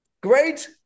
great